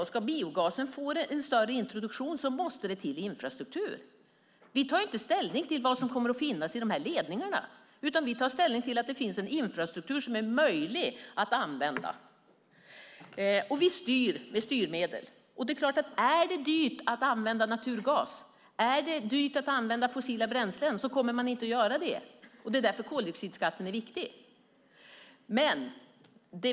Om biogasen ska få större introduktion måste det till infrastruktur. Vi tar inte ställning till vad som kommer att finnas i ledningarna. Vi tar ställning till att det finns en infrastruktur som är möjlig att använda. Vi styr med styrmedel. Om det är dyrt att använda naturgas och fossila bränslen kommer man inte att göra det. Därför är koldioxidskatten viktig.